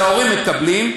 זה ההורים מקבלים.